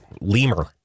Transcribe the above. lemur